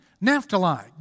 Naphtali